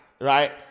right